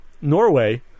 Norway